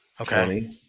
Okay